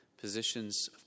Positions